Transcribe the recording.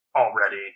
already